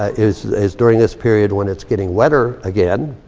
ah is is during this period, when it's getting wetter again.